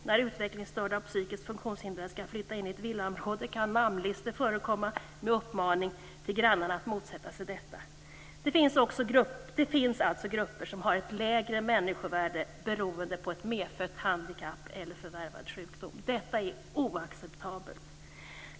När utvecklingsstörda och psykiskt funktionshindrade skall flytta in i ett villaområde kan namnlistor förekomma med uppmaning till grannarna att motsätta sig detta. Det finns alltså grupper som har ett lägre människovärde beroende på ett medfött handikapp eller en förvärvad sjukdom. Detta är oacceptabelt.